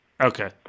Okay